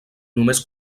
només